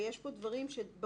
ויש פה דברים שברור,